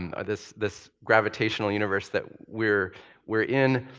um this this gravitational universe that we're we're in,